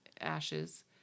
ashes